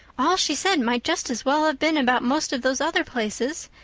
all she said might just as well have been about most of those other places.